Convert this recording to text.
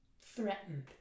threatened